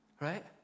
right